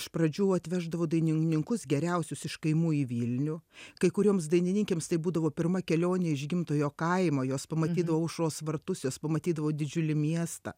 iš pradžių atveždavo dainininkus geriausius iš kaimų į vilnių kai kurioms dainininkėms tai būdavo pirma kelionė iš gimtojo kaimo jos pamatydavo aušros vartus jos pamatydavo didžiulį miestą